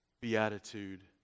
Beatitude